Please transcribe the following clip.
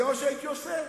זה מה שהייתי עושה.